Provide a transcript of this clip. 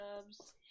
subs